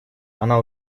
она